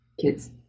kids